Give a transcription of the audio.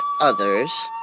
others